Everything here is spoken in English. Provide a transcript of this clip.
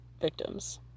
victims